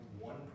one